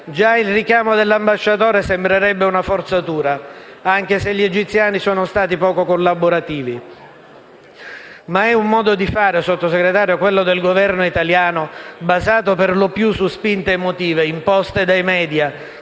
Già il richiamo dell'ambasciatore sembrerebbe una forzatura, anche se gli egiziani sono stati poco collaborativi. Ma è un modo di fare, quello del Governo italiano, basato perlopiù su spinte emotive imposte dai *media*,